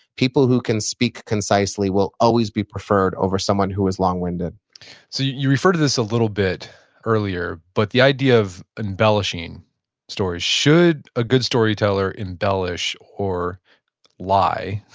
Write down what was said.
people who can speak concisely will always be preferred over someone who is long-winded so you referred to this a little bit earlier, but the idea of embellishing stories, should a good storyteller embellish or lie,